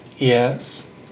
Yes